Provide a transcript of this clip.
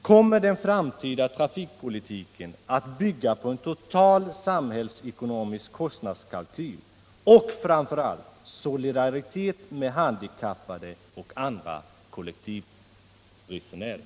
Kommer den framtida trafikpolitiken att bygga på en total samhällsekonomisk kostnadskalkyl och framför allt solidaritet med handikappade och andra kollektivresenärer?